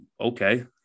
okay